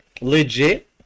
legit